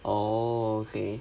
oh okay